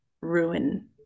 ruin